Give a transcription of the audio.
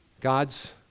God's